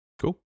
Cool